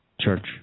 church